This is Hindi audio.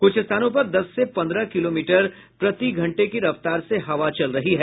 कुछ स्थानों पर दस से पन्द्रह किलोमीटर प्रति घंटे की रफ्तार से हवा चल रही है